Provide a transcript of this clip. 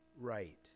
right